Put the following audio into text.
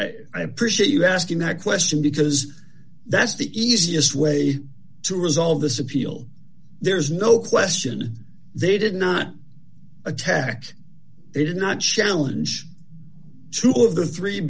and i appreciate you asking that question because that's the easiest way to resolve this appeal there's no question they did not attack they did not challenge two of the three